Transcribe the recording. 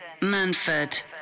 Manford